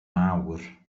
mawr